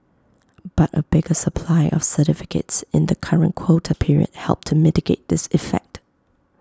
but A bigger supply of certificates in the current quota period helped to mitigate this effect